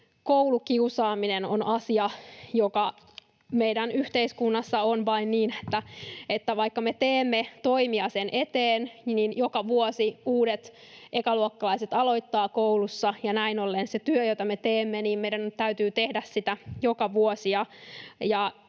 koulukiusaaminen on asia, joka meidän yhteiskunnassamme on vain niin, että vaikka me teemme toimia sen eteen, niin joka vuosi uudet ekaluokkalaiset aloittavat koulussa. Näin ollen se työ, jota me teemme, meidän täytyy tehdä joka vuosi.